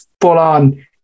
full-on